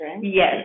yes